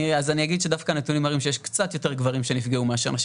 אז אני אגיד שדווקא הנתונים מראים שיש קצת יותר גברים מאשר נשים.